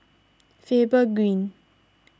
Faber Green